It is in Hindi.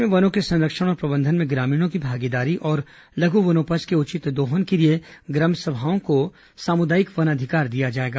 ग्राम सभा प्रदेश में वनों के संरक्षण और प्रबंधन में ग्रामीणों की भागीदारी और लघु वनोपज के उचित दोहन के लिए ग्राम सभाओं को सामुदायिक वन अधिकार दिया जाएगा